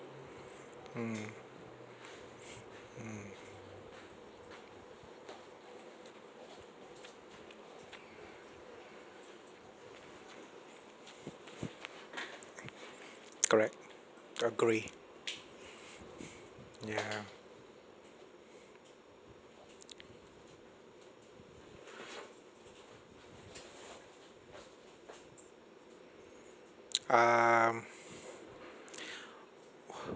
mm mm correct agree yeah um